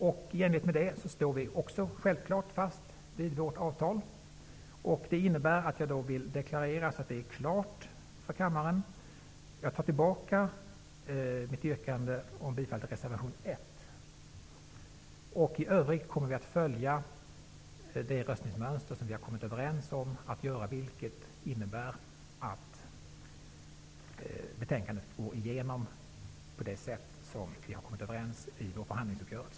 I enlighet med detta står vi också, självklart, fast vid vårt avtal. Det innebär att jag vill deklarera, så att detta är klart för kammaren, att jag tar tillbaka mitt yrkande om bifall till reservation nr 1. I övrigt kommer vi att följa det röstningsmönster som vi har kommit överens om, vilket innebär att betänkandet går igenom på det sätt som vi har kommit överens om i vår förhandlingsuppgörelse.